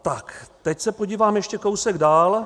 Tak teď se podívám ještě kousek dál.